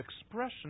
expression